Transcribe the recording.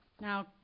now